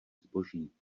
zboží